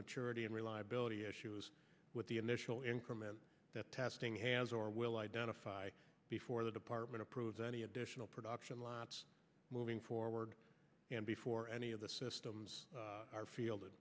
maturity and reliability issues with the initial increment that testing has or will identify before the department approves any additional production lots moving forward and before any of the systems are field